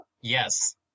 Yes